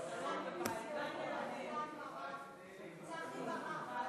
ההצעה להעביר את הנושא לוועדת הכלכלה